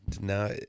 now